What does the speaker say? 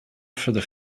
for